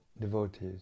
devotees